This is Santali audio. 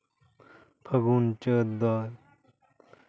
ᱯᱷᱟᱹᱜᱩᱱᱼᱪᱟᱹᱛ ᱫᱚ